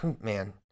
man